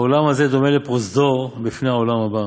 העולם הזה דומה לפרוזדור בפני העולם הבא,